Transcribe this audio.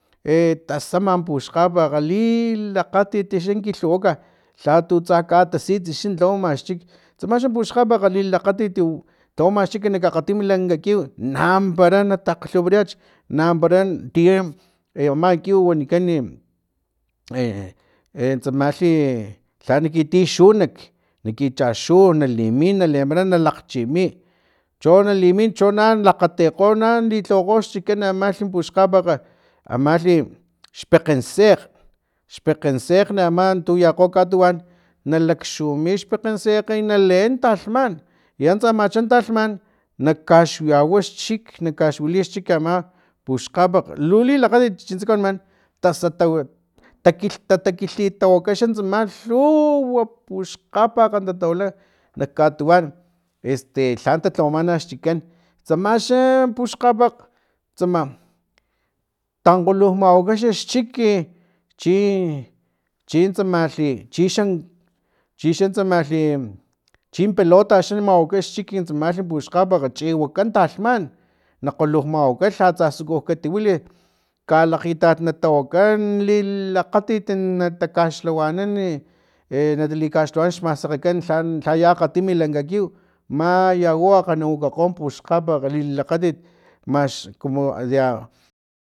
E tasama puxkgapakg liiilakgatit xa kilhiwaka lhatutsa katasits xa lhawama schik tsama xa puxkgapakg lilakgatit ti tlawama xchik akgatim lanka kiw naampara na takgalhuparayach nampara tia e ama kiw wanikan e e tsamalhi e lha nakitia xunak nakichaxu nalimin na lempara na lakgchimi chi no limin cho naan lakgatekgo naan lilhawakgo xchikan amlh puxkgapakg amalhi xpekgem sekgn spekgen sekgn ama tu yakgo katuwan nalakxumix xpekgen sekgn naleen talhman i antsa amachan talhaman nakaxyawa xchik na kaxwili xchik ama puxkgapakg lu lilakgatit chitsa kawaniman tasata takilhitawaka tsamalh lhuuuwa puxkgapakg tatawila nak katuwan este lha talhawamana xchikan tsamaxa puxkgapakg tsama tankgolu mawaka xchiki chi chintsamalhi xan chixan tsamalhi chin pelota xa na mawaka xchiki tsamalhi puxkgapakg chiwaka talhman na kgolu mawaka lhatsa suku katiwili kalakgitat tawaka nliiilakgatit na takaxlhawanan e e natalikaxlhawanan xmasekgekan lha lhaya akgatimi lankaliw maya u akganuwakakgo puxkgapakg lilakgatit max kumo de a